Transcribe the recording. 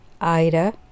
Ida